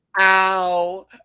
Ow